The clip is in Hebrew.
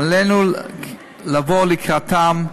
ועלינו לבוא לקראתם,